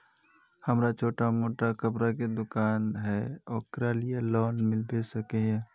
हमरा छोटो मोटा कपड़ा के दुकान है ओकरा लिए लोन मिलबे सके है?